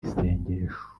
isengesho